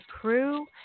crew